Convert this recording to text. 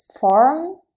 form